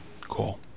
Cool